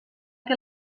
que